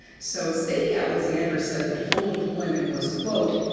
so sadie alexander said that full employment was, quote,